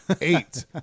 eight